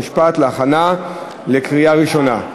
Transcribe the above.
חוק ומשפט להכנה לקריאה ראשונה.